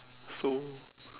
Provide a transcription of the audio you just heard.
so